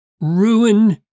ruin